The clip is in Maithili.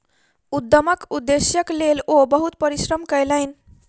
उद्यमक उदेश्यक लेल ओ बहुत परिश्रम कयलैन